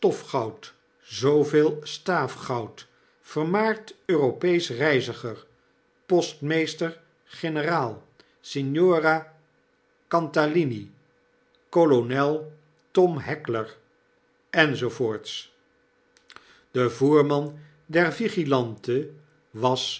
zooveel staafgoud vermaard europeesch reiziger postmeester-generaal signora oantalini kolonel tom heckler enz de voerman der vigilante was